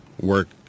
work